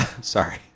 Sorry